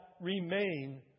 remain